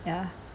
ya